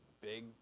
big